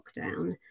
lockdown